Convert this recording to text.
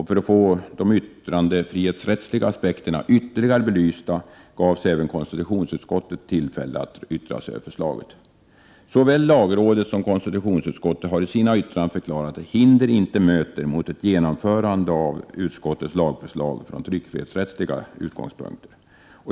För att få de yttrandefrihetsrättsliga aspekterna ytterligare belysta gavs även konstitutionsutskottet tillfälle att yttra sig över förslaget. Såväl lagrådet som konstitutionsutskottet har i yttranden förklarat att det inte finns något som hindrar ett genomförande av lagutskottets lagförslag från tryckfrihetsrättsliga utgångspunkter.